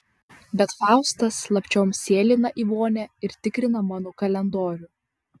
bet faustas slapčiom sėlina į vonią ir tikrina mano kalendorių